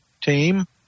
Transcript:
team